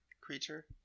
creature